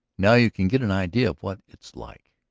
now you can get an idea of what it's like.